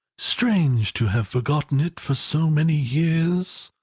strange to have forgotten it for so many years!